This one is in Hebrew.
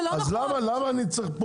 זה לא נכון.